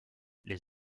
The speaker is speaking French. les